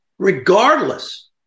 regardless